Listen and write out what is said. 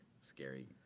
scary